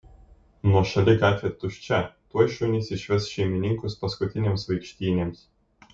nuošali gatvė tuščia tuoj šunys išves šeimininkus paskutinėms vaikštynėms